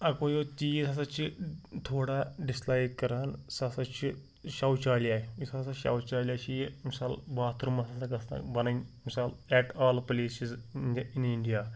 اَکوے یوٗت چیٖز ہَسا چھِ تھوڑا ڈِسلایِک کَران سُہ ہَسا چھِ شَوچالیہ یُس ہَسا شَوچالیہ چھِ یہِ مِثال باتھ روٗمٕز ہسا گژھَن اتہِ بَنٕنۍ مِثال at all places in India